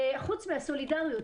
חוץ מהסולידריות,